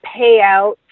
payout